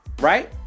right